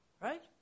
Right